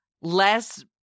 less